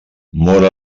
mor